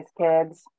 kids